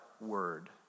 word